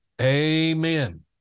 amen